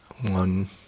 one